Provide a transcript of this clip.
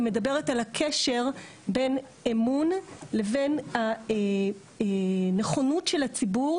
שמדברת על הקשר בין אמון לבין הנכונות של הציבור